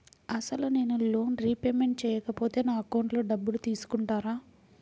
అసలు నేనూ loan repayment చేయకపోతే నా అకౌంట్లో డబ్బులు తీసుకుంటారా?